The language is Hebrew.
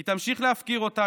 היא תמשיך להפקיר אותם,